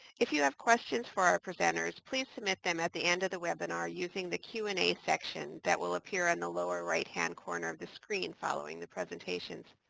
if you have questions for our presenters, please submit them at the end of the webinar using the q and a section that will appear on the lower right hand corner of the screen following the presentations.